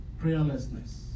Prayerlessness